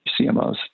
CMOs